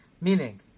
Meaning